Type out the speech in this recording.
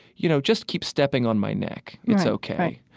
you know, just keep stepping on my neck. it's ok.